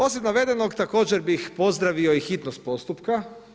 Osim navedenog također bih pozdravio i hitnost postupka.